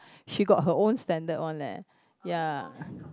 she got her own standard one leh ya